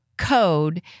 code